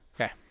Okay